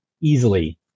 easily